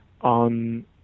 on